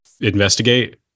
investigate